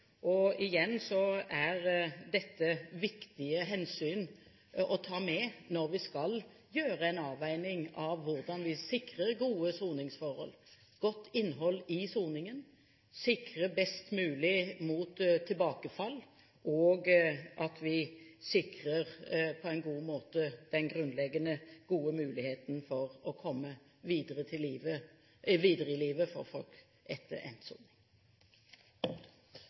Og igjen: Dette er viktige hensyn å ta med når vi skal gjøre en avveining av hvordan vi sikrer gode soningsforhold, godt innhold i soningen og best mulig sikrer mot tilbakefall, og at vi på en god måte sikrer den grunnleggende gode muligheten for å komme videre i livet for folk etter endt soning.